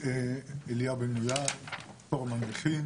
פורום הנכים,